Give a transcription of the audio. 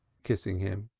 kissing him.